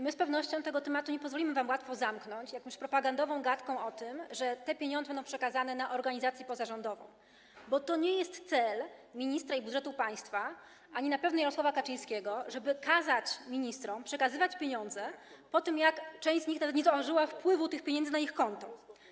My z pewnością tego tematu nie pozwolimy wam łatwo zamknąć jakąś propagandową gadką o tym, że te pieniądze będą przekazane na organizacje pozarządowe, bo to nie jest cel ministra ani budżetu państwa, ani też na pewno Jarosława Kaczyńskiego, żeby kazać ministrom przekazywać pieniądze po tym, jak część z nich nawet nie zauważyła wpływu tych pieniędzy na ich konto.